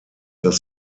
dass